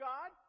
God